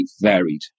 varied